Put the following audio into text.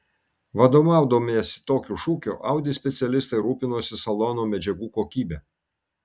vadovaudamiesi tokiu šūkiu audi specialistai rūpinosi salono medžiagų kokybe